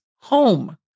home